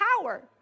power